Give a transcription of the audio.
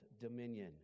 dominion